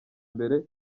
imbere